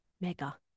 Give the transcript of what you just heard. mega